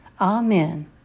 Amen